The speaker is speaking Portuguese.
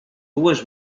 duas